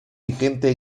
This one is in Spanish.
vigente